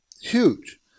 huge